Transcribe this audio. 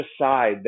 aside